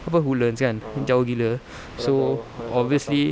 apa woodlands kan jauh gila so obviously